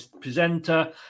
presenter